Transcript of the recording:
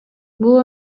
бул